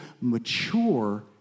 mature